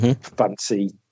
fancy